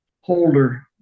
holder